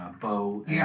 Bo